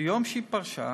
ביום שהיא פרשה,